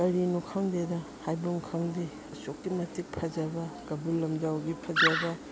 ꯀꯔꯤꯅꯣ ꯈꯪꯗꯦꯗ ꯍꯥꯏꯐꯝ ꯈꯪꯗꯦ ꯑꯁꯨꯛꯀꯤ ꯃꯇꯤꯛ ꯐꯖꯕ ꯀꯩꯕꯨꯜ ꯂꯝꯖꯥꯎꯒꯤ ꯐꯖꯕ